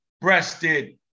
Breasted